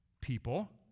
people